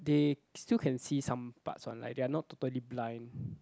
they still can see some parts one like they are not totally blind